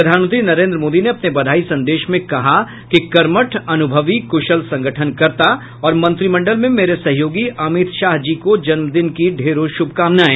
प्रधानमंत्री नरेंद्र मोदी ने अपने बधाई संदेश में कहा कि कर्मठ अनुभवी कुशल संगठनकर्ता और मंत्रिमंडल में मेरे सहयोगी अमित शाह जी को जन्मदिन की ढेरों शुभकामनाएं